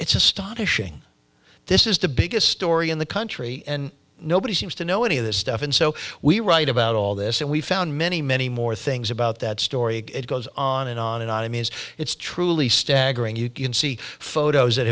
it's astonishing this is the biggest story in the country and nobody seems to know any of this stuff and so we write about all this and we found many many more things about that story it goes on and on and i mean it's truly staggering you can see photos that